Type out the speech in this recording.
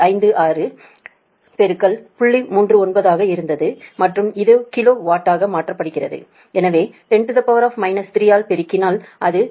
39 ஆக இருந்தது மற்றும் அது கிலோ வாட்டாக மாற்றப்படுகிறது எனவே 10 3 ஆல் பெருக்கினால் அது 98